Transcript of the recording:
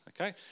okay